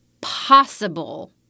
possible